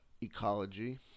ecology